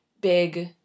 big